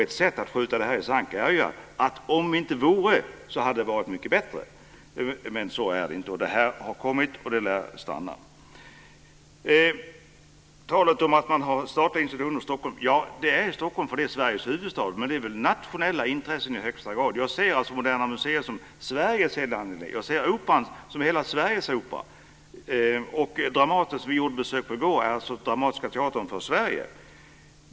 Ett sätt att skjuta detta i sank är ju att säga: Om inte "om" vore, hade det varit mycket bättre - men så är det inte. Det här har kommit, och det lär stanna. Kulturministern talar om att vi har statliga institutioner i Stockholm. Ja, det har vi eftersom Stockholm är Sveriges huvudstad. Men de är nationella intressen i högsta grad. Jag ser Moderna museet som hela Sveriges angelägenhet. Jag ser Operan som hela Sveriges opera. Dramaten, som vi gjorde ett besök på i går, är den dramatiska teatern för Sverige.